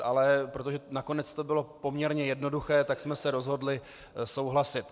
Ale protože nakonec to bylo poměrně jednoduché, tak jsme se rozhodli souhlasit.